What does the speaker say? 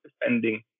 defending